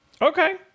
Okay